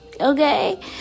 okay